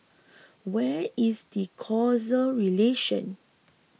where is the causal relationship